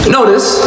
Notice